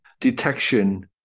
detection